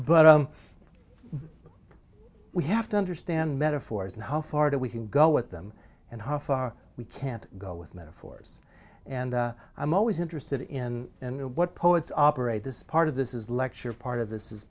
but we have to understand metaphors and how far that we can go with them and how far we can't go with metaphors and i'm always interested in what poets operate this part of this is lecture part of this is